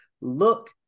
look